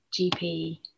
GP